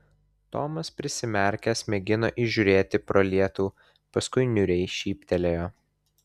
tomas prisimerkęs mėgino įžiūrėti pro lietų paskui niūriai šyptelėjo